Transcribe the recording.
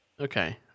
Okay